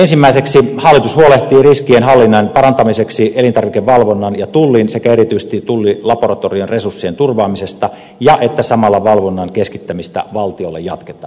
hallitus huolehtii riskien hallinnan parantamiseksi elintarvikevalvonnan ja tullin sekä erityisesti tullilaboratorion resurssien turvaamisesta ja että samalla valvonnan keskittämistä valtiolle jatketaan